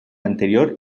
anterior